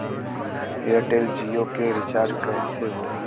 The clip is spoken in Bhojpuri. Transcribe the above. एयरटेल जीओ के रिचार्ज कैसे होला?